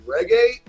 reggae